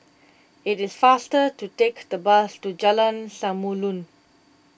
it is faster to take the bus to Jalan Samulun